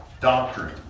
Doctrine